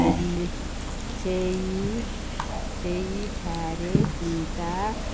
ହେଲେ ସେ ସେଇଠାରେ ଚିନ୍ତା